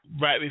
right